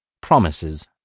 Promises